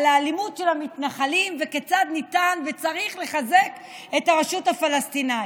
על האלימות של המתנחלים וכיצד ניתן וצריך לחזק את הרשות הפלסטינית.